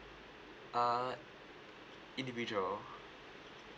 uh individual